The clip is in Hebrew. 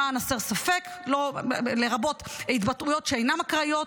למען הסר ספק, לרבות התבטאויות שאינן אקראיות,